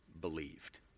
believed